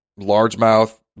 Largemouth